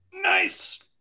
Nice